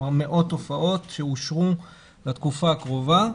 כלומר מאות הופעות שאושרו לתקופה הקרובה.